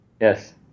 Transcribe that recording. Yes